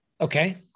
Okay